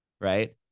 right